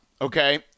okay